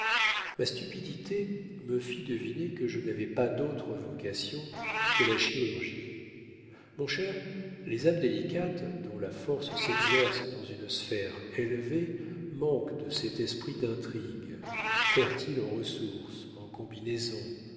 ma stupidité me fit deviner que je n'avais pas d'autre vocation que la chirurgie mon cher les âmes délicates dont la force s'exerce dans une sphère élevée manquent de cet esprit d'intrigue fertile en ressources en combinaisons